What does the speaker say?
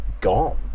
gone